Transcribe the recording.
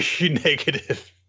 negative